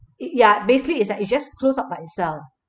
ya basically it's like it just closed up by itself